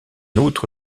outre